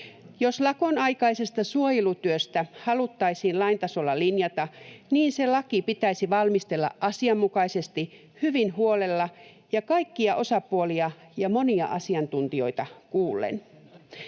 Jos lakonaikaisesta suojelutyöstä haluttaisiin lain tasolla linjata, se laki pitäisi valmistella asianmukaisesti, hyvin huolella ja kaikkia osapuolia ja monia asiantuntijoita kuullen.